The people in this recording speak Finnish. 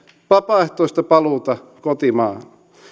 vapaaehtoista paluuta kotimaahan